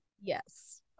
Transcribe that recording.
Yes